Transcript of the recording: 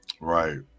right